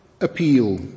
appeal